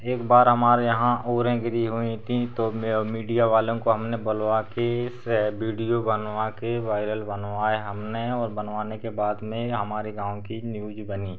एक बार हमारे यहाँ ओरें गिरी हुई थीं तो मीडिया वालों को हमने बुलवाकर इस वीडियो बनवाकर वायरल करवाए हमने और करवाने के बाद में हमारे गाँव की न्यूज बनी